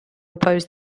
oppose